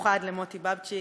ובמיוחד למוטי בבצ'יק,